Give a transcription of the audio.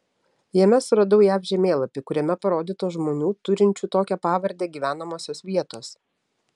jame suradau jav žemėlapį kuriame parodytos žmonių turinčių tokią pavardę gyvenamosios vietos